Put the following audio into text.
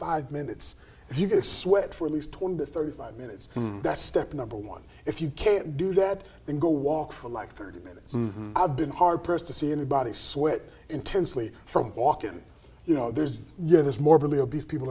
five minutes of your sweat for at least twenty to thirty five minutes that's step number one if you can't do that then go walk for like thirty minutes i've been hard pressed to see anybody switch intensely from walking you know there's yeah there's morbidly obese people